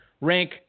rank